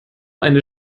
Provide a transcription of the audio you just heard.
eine